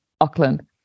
Auckland